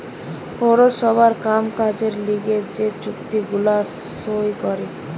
পৌরসভার কাম কাজের লিগে যে চুক্তি গুলা সই করে